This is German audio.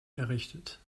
errichtet